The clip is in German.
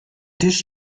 tisch